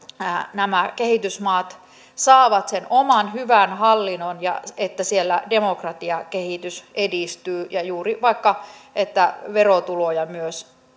nämä kehitysmaat saavat sen oman hyvän hallinnon ja että siellä demokratiakehitys edistyy ja juuri vaikka niin että myös verotuloja